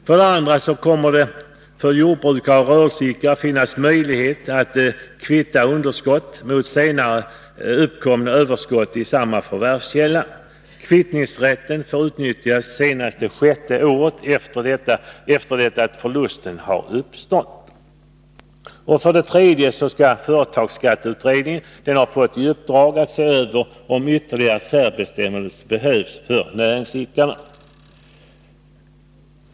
För det andra kommer det för jordbrukare och rörelseidkare att finnas möjlighet att kvitta underskott mot senare uppkomna överskott i samma förvärvskälla. Kvittningsrätten får utnyttjas senast det sjätte året efter det att förlusten uppstått. För det tredje har företagsskatteutredningen fått i uppdrag att se över om ytterligare särbestämmelser behövs för näringsidkare.